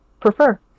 prefer